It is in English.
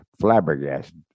flabbergasted